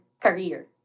career